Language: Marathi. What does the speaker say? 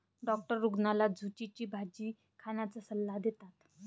डॉक्टर रुग्णाला झुचीची भाजी खाण्याचा सल्ला देतात